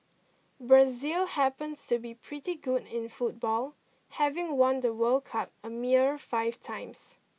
Brazil happens to be pretty good in football having won the World Cup a mere five times